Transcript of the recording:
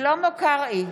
שלמה קרעי,